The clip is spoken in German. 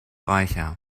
reicher